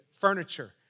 furniture